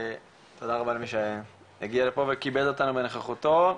תודה רבה למי שהגיע לפה וכיבד אותנו בנוכחותו,